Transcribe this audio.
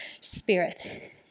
spirit